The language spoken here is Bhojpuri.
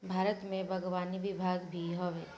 भारत में बागवानी विभाग भी हवे